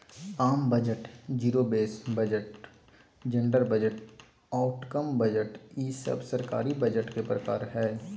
आम budget, zero base budget, gender budget, outcome budget ई सब सरकारी बजट के प्रकार हय